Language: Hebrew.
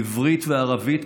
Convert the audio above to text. בעברית ובערבית,